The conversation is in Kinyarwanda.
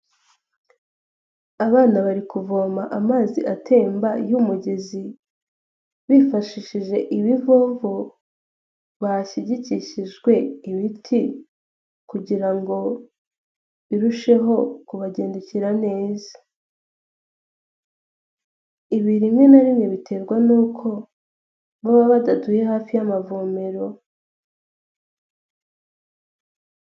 Abana bari kuvoma amazi atemba y'umugezi, bifashishije ibivovo bashyikishijwe ibiti, kugira ngo birusheho kubagendekera neza, ibi rimwe na rimwe biterwa n'uko baba badatuye hafi y'amavomero.